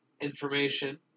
information